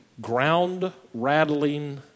ground-rattling